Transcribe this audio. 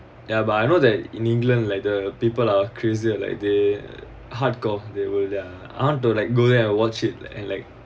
ya but I know that in england like the people are crazy like they hardcore they will ya I want to like go there and watch it and like